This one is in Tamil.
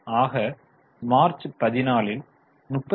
ஆக மார்ச் 14 ல் 38